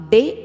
Day